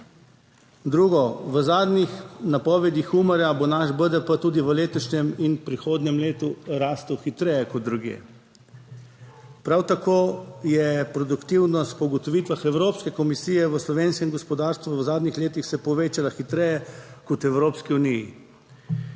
Drugo, v zadnjih napovedih Umarja bo naš BDP tudi v letošnjem in prihodnjem letu rastel hitreje kot drugje. Prav tako je produktivnost po ugotovitvah Evropske komisije v slovenskem gospodarstvu v zadnjih letih se povečala hitreje kot v Evropski uniji.